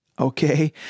okay